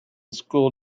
school